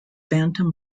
bantam